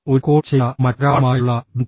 ഒരു കോൾ ചെയ്ത മറ്റൊരാളുമായുള്ള ബന്ധം